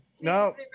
no